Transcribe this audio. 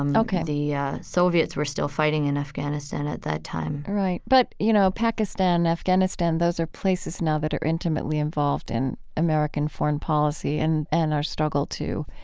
and ok the yeah soviets were still fighting in afghanistan at that time right. but, you know, pakistan, afghanistan, those are places now that are intimately involved in american foreign policy and and our struggle to